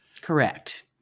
Correct